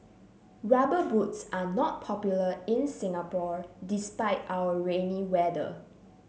rubber boots are not popular in Singapore despite our rainy weather